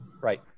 Right